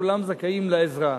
כולם זכאים לעזרה,